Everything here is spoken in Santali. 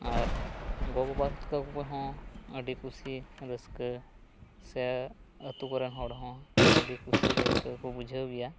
ᱟᱨ ᱜᱚ ᱵᱟᱵᱟ ᱛᱟᱠᱚ ᱦᱚᱸ ᱟᱹᱰᱤ ᱠᱩᱥᱤ ᱨᱟᱹᱥᱠᱟᱹ ᱥᱮ ᱟᱹᱛᱩ ᱠᱚᱨᱮ ᱦᱚᱲ ᱦᱚᱸ ᱟᱹᱰᱤ ᱠᱩᱥᱤ ᱨᱟᱹᱥᱠᱟᱹ ᱠᱚ ᱵᱩᱡᱷᱟᱹᱣ ᱜᱮᱭᱟ